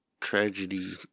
tragedy